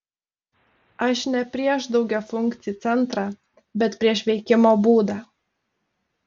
aš ne prieš daugiafunkcį centrą bet prieš veikimo būdą